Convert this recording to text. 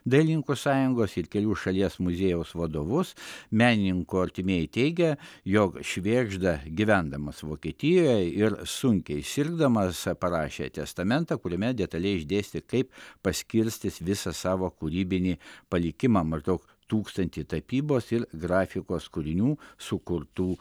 dailininkų sąjungos ir kelių šalies muziejaus vadovus menininko artimieji teigia jog švėgžda gyvendamas vokietijoje ir sunkiai sirgdamas parašė testamentą kuriame detaliai išdėstė kaip paskirstys visą savo kūrybinį palikimą maždaug tūkstantį tapybos ir grafikos kūrinių sukurtų